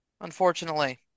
unfortunately